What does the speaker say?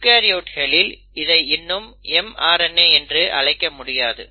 யூகரியோட்ஸ்களில் இதை இன்னும் mRNA என்று அழைக்க முடியாது